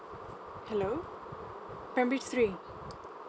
hello primary three